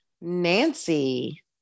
Nancy